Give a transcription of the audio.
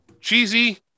Cheesy